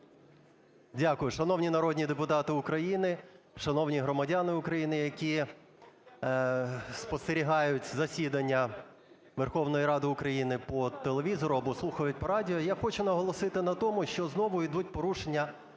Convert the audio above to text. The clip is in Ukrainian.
Дякую. Шановні народні депутати України, шановні громадяни України, які спостерігають засідання Верховної Ради України по телевізору або слухають по радіо, я хочу наголосити на тому, що знову йдуть порушення